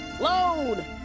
Load